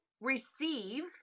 receive